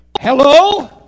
Hello